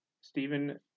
Stephen